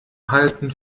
halten